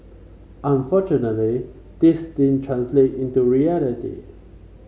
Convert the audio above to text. unfortunately this didn't translate into reality